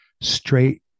straight